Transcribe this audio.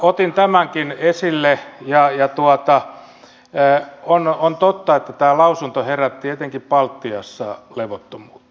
otin tämänkin esille ja on totta että tämä lausunto herätti etenkin baltiassa levottomuutta